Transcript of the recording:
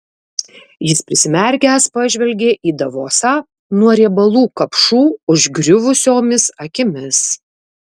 jis prisimerkęs pažvelgė į davosą nuo riebalų kapšų užgriuvusiomis akimis